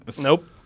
Nope